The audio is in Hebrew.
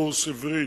קורס עברית,